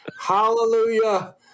hallelujah